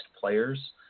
players